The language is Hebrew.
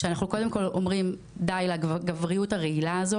שאנחנו קודם כל אומרים די לגבריות הרגילה הזאת.